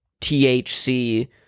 THC